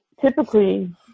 Typically